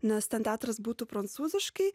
nes ten teatras būtų prancūziškai